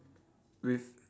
with